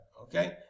Okay